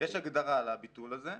יש הגדרה לביטול הזה.